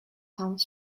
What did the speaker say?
some